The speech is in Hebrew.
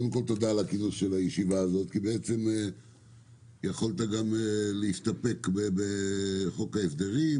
קודם כל תודה על כינוס הישיבה הזאת כי יכולת גם להסתפק בחוק ההסדרים,